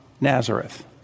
Nazareth